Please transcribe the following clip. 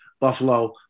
Buffalo